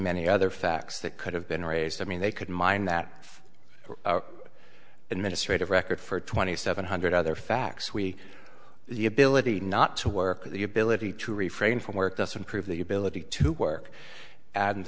many other facts that could have been raised i mean they could mine that administrative record for twenty seven hundred other facts we the ability to not to work the ability to refrain from work doesn't prove the ability to work add